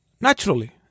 naturally